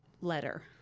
letter